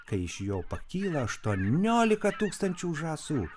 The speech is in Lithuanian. kai iš jo pakyla aštuoniolika tūkstančių žąsų